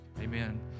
Amen